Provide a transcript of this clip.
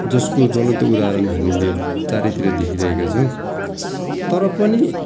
जसको ज्वलन्त उदाहरण हामीले चारैतिर देखिरहेका छौँ तर पनि